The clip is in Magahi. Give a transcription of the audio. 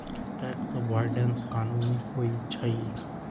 टैक्स अवॉइडेंस कानूनी होइ छइ